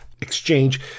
exchange